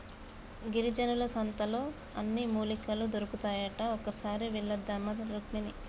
గిరిజనుల సంతలో అన్ని మూలికలు దొరుకుతాయట ఒక్కసారి వెళ్ళివద్దామా రుక్మిణి